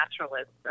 naturalist